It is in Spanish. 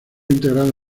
integrado